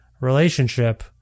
relationship